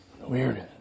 weird